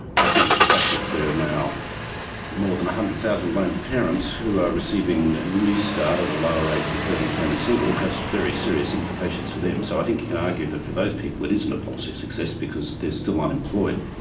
i think the fact that there are now more than one hundred thousand lone parents who are receiving ah newstart at a lower rate than parenting payment single has very serious implications for them. so i think you can argue that for those people it isn't a policy success because they're still unemployed.